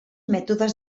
mètodes